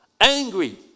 angry